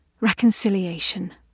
Reconciliation